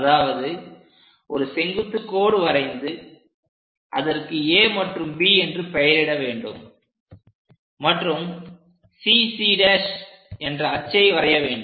அதாவது ஒரு செங்குத்து கோடு வரைந்து அதற்கு A மற்றும் B என்று பெயரிட வேண்டும் மற்றும் CC' என்ற அச்சை வரைய வேண்டும்